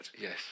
Yes